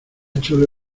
chole